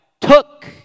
took